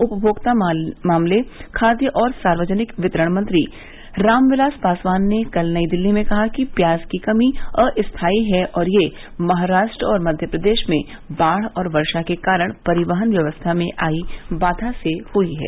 उपभोक्ता मामले खाद्य और सार्वजनिक वितरण मंत्री रामविलास पासवान ने कल नई दिल्ली में कहा कि प्याज की कमी अस्थाई है और ये महाराष्ट्र और मध्य प्रदेश में बाढ़ और वर्षा के कारण परिवहन व्यवस्था में आई बाधा से हई है